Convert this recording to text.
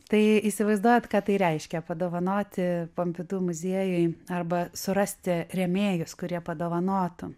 tai įsivaizduojat ką tai reiškia padovanoti pompidu muziejui arba surasti rėmėjus kurie padovanotų